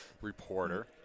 reporter